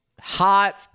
hot